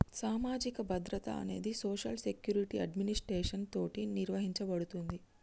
సామాజిక భద్రత అనేది సోషల్ సెక్యురిటి అడ్మినిస్ట్రేషన్ తోటి నిర్వహించబడుతుంది